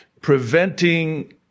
preventing